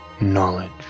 knowledge